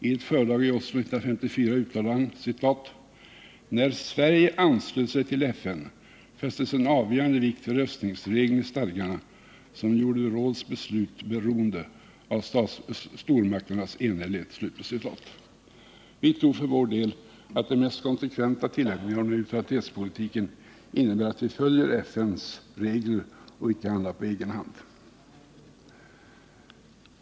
I ett föredrag i Oslo 1954 uttalade han: ”När Sverige anslöt sig till FN fästes en avgörande vikt vid röstningsregeln i stadgarna som gjorde rådets beslut beroende av stormakternas enhällighet.” Vi tror för vår del att den mest konsekventa tillämpningen av neutralitetspolitiken innebär att vi följer FN:s regler och icke handlar på egen hand.